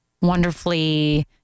wonderfully